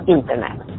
internet